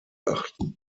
achten